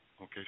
Okay